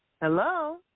Hello